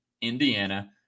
Indiana